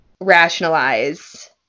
rationalize